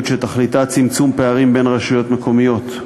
שתכליתה צמצום פערים בין רשויות מקומיות,